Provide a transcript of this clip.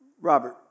Robert